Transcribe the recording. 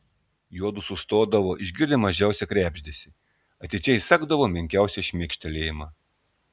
juodu sustodavo išgirdę mažiausią krebždesį atidžiai sekdavo menkiausią šmėkštelėjimą